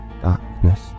darkness